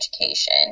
education